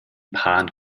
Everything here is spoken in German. pan